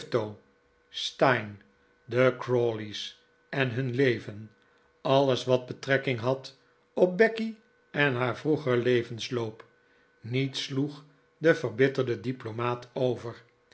de crawley's en hun leven alles wat betrekking had op becky en haar vroegeren levensloop niets sloeg de verbitterde diplomaat over